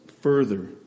further